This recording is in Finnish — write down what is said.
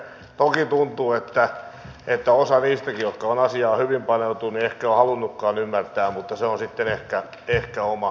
toki tuntuu että osa niistäkin jotka ovat asiaan hyvin paneutuneet ei ehkä ole halunnutkaan ymmärtää mutta se on sitten ehkä oma asiansa